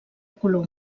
color